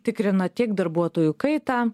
tikrina tiek darbuotojų kaitą